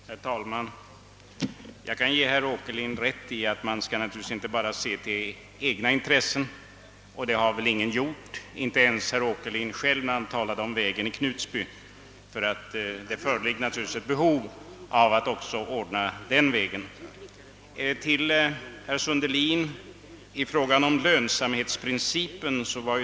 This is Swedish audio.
Herr talman! Jag kan ge herr Åkerlind rätt i att man skall inte bara se till de egna intressena. Det har väl heller ingen gjort, inte ens herr Åkerlind själv när han talade om vägen i Knutby, ty naturligtvis föreligger det också ett behov att ordna den vägen. Herr Sundelin tog upp lönsamhetsprincipen.